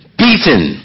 beaten